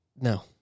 No